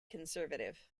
conservative